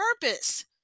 purpose